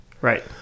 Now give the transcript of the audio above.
right